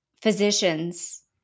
physicians